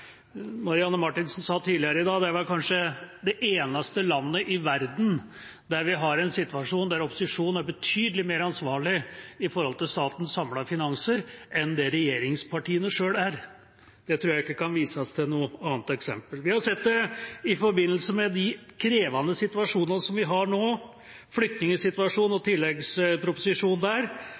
Marianne Marthinsen sa tidligere i dag: Norge er vel kanskje det eneste landet i verden hvor vi har en situasjon der opposisjonen er betydelig mer ansvarlig med tanke på statens samlede finanser enn det regjeringspartiene selv er. Jeg tror ikke det kan vises til noe annet eksempel. Vi har sett det i forbindelse med den krevende situasjonen som vi har nå, med flyktningsituasjonen og tilleggsproposisjonen der,